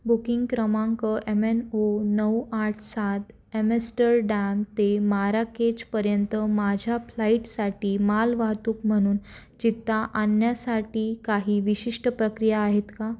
booking क्रमांक M N O नऊ आठ सात ॲमेस्टरडॅम ते माराकेचपर्यंत माझ्या फ्लाईटसाठी मालवाहतूक म्हणून चित्ता आणण्यासाठी काही विशिष्ट प्रक्रिया आहेत का